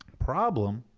problem